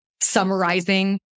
summarizing